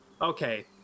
Okay